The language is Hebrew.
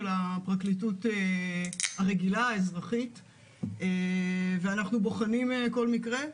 הפרקליטות האזרחית ואנחנו בוחנים כל מקרה.